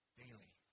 daily